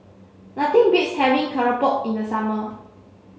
nothing beats having Keropok in the summer